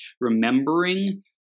remembering –